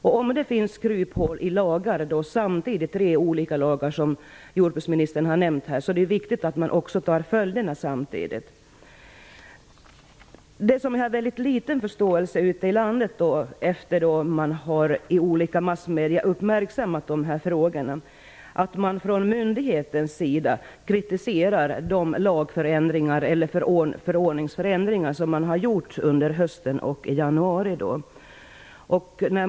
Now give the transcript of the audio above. Om det finns kryphål i lagar, och det samtidigt finns tre olika lagar, som jordbruksministern här har nämnt, är det viktigt att man ser till följderna samtidigt. Det som jag har en mycket liten förståelse för efter det att man ute i landet i olika massmedier uppmärksammat dessa frågor är att man från myndighetens sida kritiserar de förordningsförändringar som har gjorts under hösten och i januari.